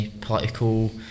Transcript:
political